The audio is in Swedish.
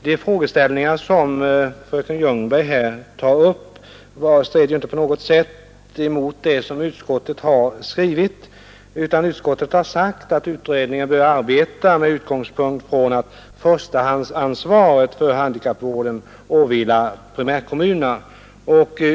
De frågeställningar som fröken Ljungberg här tar upp strider inte på något sätt mot det som utskottet har skrivit, utan utskottet har sagt att utredningen bör arbeta med utgångspunkt från att förstahandsansvaret för handikappvården åvilar primärkommunerna.